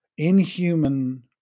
inhuman